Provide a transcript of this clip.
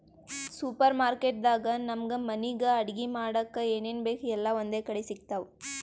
super market ದಾಗ್ ನಮ್ಗ್ ಮನಿಗ್ ಅಡಗಿ ಮಾಡಕ್ಕ್ ಏನೇನ್ ಬೇಕ್ ಎಲ್ಲಾ ಒಂದೇ ಕಡಿ ಸಿಗ್ತಾವ್